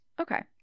Okay